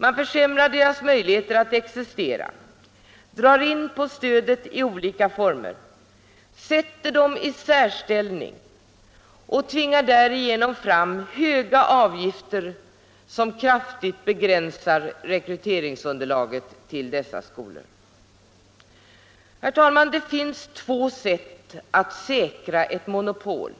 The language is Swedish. Man gör det svårare för dem att existera, man drar in på stöd i olika former, man ger dem en särställning och tvingar därigenom fram höga avgifter, som kraftigt begränsar rekryteringsunderlaget för dessa skolor. Herr talman! Det finns två sätt att säkra ett monopol.